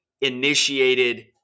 initiated